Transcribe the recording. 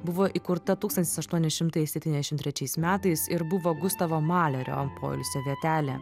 buvo įkurta tūkstantis aštuoni šimtai septyniasdešim trečiais metais ir buvo gustavo malerio poilsio vietelė